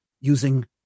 using